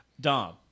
Dom